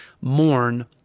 mourn